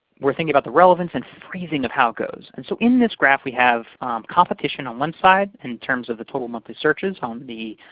we're thinking about the relevance and phrasing of how it goes. and so in this graph we have competition on one side, in terms of the total monthly searches on the